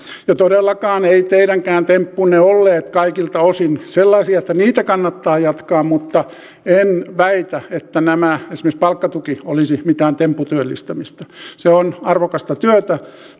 ja todellakaan eivät teidänkään temppunne olleet kaikilta osin sellaisia että niitä kannattaa jatkaa mutta en väitä että esimerkiksi palkkatuki olisi mitään tempputyöllistämistä se on arvokasta työtä